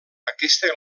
aquesta